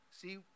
See